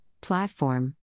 Platform